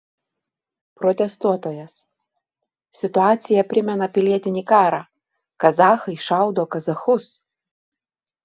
protestuotojas situacija primena pilietinį karą kazachai šaudo kazachus